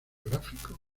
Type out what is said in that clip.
gráfico